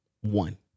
One